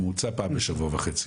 בממוצע פעם בשבוע וחצי.